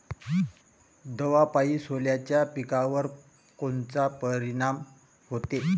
दवापायी सोल्याच्या पिकावर कोनचा परिनाम व्हते?